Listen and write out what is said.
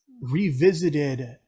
revisited